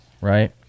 right